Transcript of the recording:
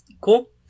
Cool